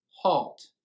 Halt